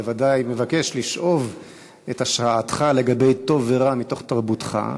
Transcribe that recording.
בוודאי מבקש לשאוב את השראתך לגבי טוב ורע מתוך תרבותך,